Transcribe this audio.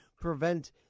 prevent